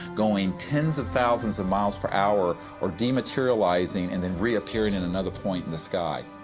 going tens of thousands of miles per hour or dematerializing and then reappearing in another point in the sky.